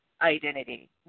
identity